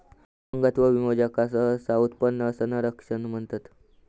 अपंगत्व विमो, ज्याका सहसा उत्पन्न संरक्षण म्हणतत